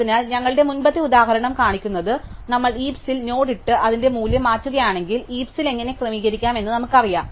അതിനാൽ ഞങ്ങളുടെ മുമ്പത്തെ ഉദാഹരണം കാണിക്കുന്നത് നമ്മൾ ഹീപ്സിൽ നോഡ് ഇട്ട് അതിന്റെ മൂല്യം മാറ്റുകയാണെങ്കിൽ ഹീപ്സിൽ എങ്ങനെ ക്രമീകരിക്കാമെന്ന് നമുക്കറിയാം